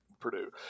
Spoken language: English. Purdue